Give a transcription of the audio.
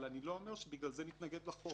אבל אני לא אומר שבגלל זה נתנגד לחוק.